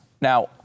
Now